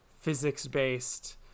physics-based